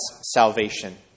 salvation